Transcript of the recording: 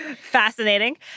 fascinating